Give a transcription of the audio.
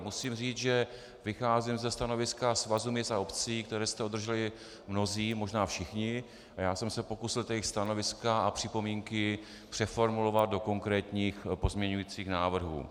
Musím říci, že vycházím stanoviska Svazu měst a obcí, které jste obdrželi mnozí, možná všichni, a já jsem se pokusil jejich stanoviska a připomínky přeformulovat do konkrétních pozměňovacích návrhů.